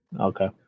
Okay